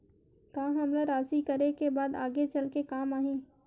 का हमला राशि करे के बाद आगे चल के काम आही?